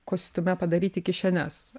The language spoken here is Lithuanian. kostiume padaryti kišenes